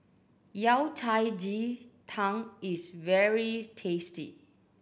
Yao Cai ji tang is very tasty